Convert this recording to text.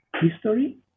history